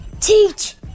teach